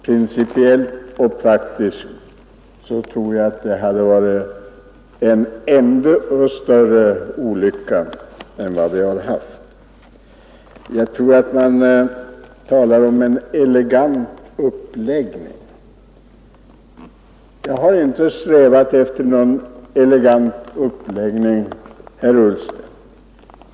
Principiellt och praktiskt tror jag att det skulle ha varit en ännu större olycka än den vi nu har. Man talade om en elegant uppläggning. Jag har inte strävat efter någon elegant uppläggning, herr Ullsten.